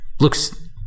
looks